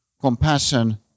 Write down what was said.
compassion